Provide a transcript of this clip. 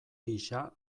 gisa